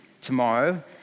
tomorrow